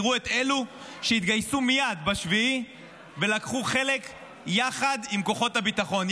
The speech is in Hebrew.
תראו את אלו שהתגייסו מייד ב-7 ולקחו חלק יחד עם כוחות הביטחון,